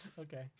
Okay